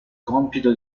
compito